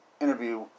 interview